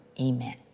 Amen